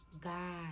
God